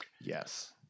yes